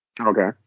Okay